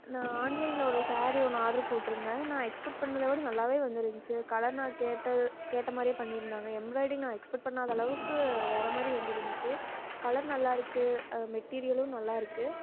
நான் ஆன்லைனில் ஒரு சாரீ ஒன்று ஆடர் போட்டிருந்தேன் நான் எக்ஸ்பெக்ட் பண்ணதை விட நல்லாவே வந்திருந்துச்சு கலர் நான் கேட்ட கேட்ட மாதிரியே பண்ணியிருந்தாங்க எம்ப்ராய்டிங் நான் எக்ஸ்பெக்ட் பண்ணாத அளவுக்கு வேறு மாதிரி வந்திருந்துச்சு கலர் நல்லாயிருக்கு அது மெட்டிரியலும் நல்லாயிருக்கு